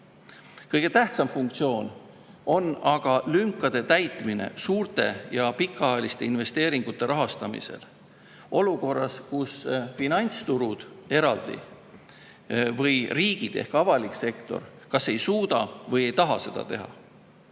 Kõige tähtsam funktsioon on aga lünkade täitmine suurte ja pikaajaliste investeeringute rahastamisel olukorras, kus finantsturud eraldi või riigid ehk avalik sektor kas ei suuda või ei taha seda teha.